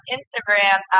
Instagram